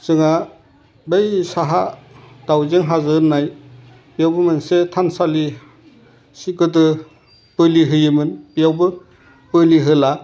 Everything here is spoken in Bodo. जोंहा बै साहा दाउजें हाजो होननाय बेयावबो मोनसे थानसालि गोदो बोलि होयोमोन बेयावबो बोलि होला